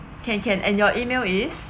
can can and your email is